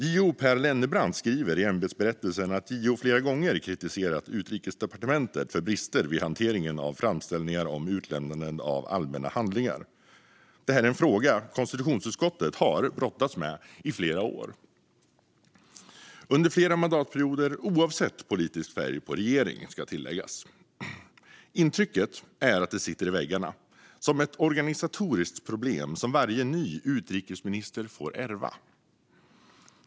JO Per Lennerbrant skriver i ämbetsberättelsen att JO flera gånger kritiserat Utrikesdepartementet för brister vid hanteringen av framställningar om utlämnande av allmänna handlingar. Detta är en fråga som konstitutionsutskottet har brottats med i flera år och under flera mandatperioder - oavsett politisk färg på regeringen, ska tilläggas. Intrycket är att det sitter i väggarna som ett organisatoriskt problem som varje ny utrikesminister får ärva.